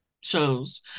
shows